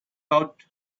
out